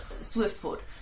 Swiftfoot